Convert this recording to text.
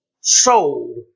sold